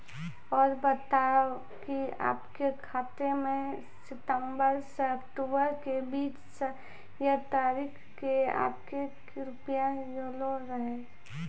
और बतायब के आपके खाते मे सितंबर से अक्टूबर के बीज ये तारीख के आपके के रुपिया येलो रहे?